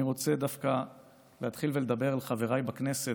אני רוצה להתחיל ולדבר על חבריי בכנסת